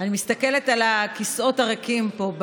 אני מסתכלת על הכיסאות הריקים פה,